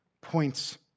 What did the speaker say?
points